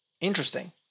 Interesting